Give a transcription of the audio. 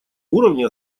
уровне